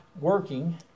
working